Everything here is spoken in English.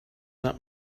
not